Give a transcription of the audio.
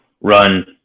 run